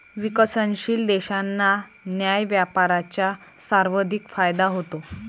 विकसनशील देशांना न्याय्य व्यापाराचा सर्वाधिक फायदा होतो